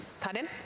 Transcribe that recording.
pardon